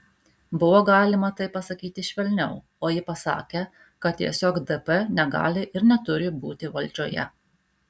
buvo galima tai pasakyti švelniau o ji pasakė kad tiesiog dp negali ir neturi būti valdžioje